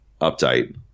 update